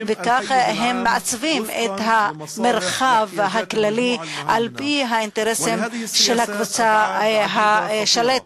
וככה מעצבים את המרחב הכללי על-פי האינטרסים של הקבוצה השלטת.